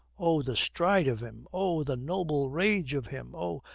oh, the stride of him. oh, the noble rage of him. oh,